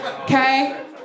okay